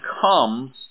comes